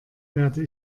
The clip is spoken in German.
werde